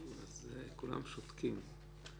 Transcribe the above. כולם שותקים.